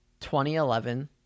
2011